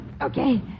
Okay